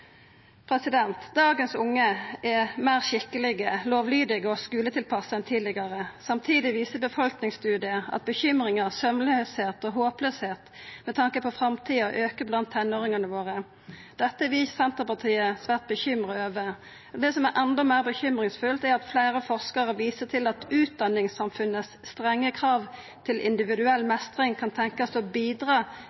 Dagens unge er meir skikkelege, lovlydige og skuletilpassa enn tidlegare. Samtidig viser befolkningsstudiar at bekymringar, svevnløyse og håpløyse med tanke på framtida aukar blant tenåringane våre. Dette er vi i Senterpartiet svært bekymra over. Det som er enda meir bekymringsfullt, er at fleire forskarar viser til at utdaningssamfunnets strenge krav til individuell